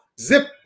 zip